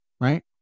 right